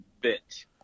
bit